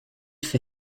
for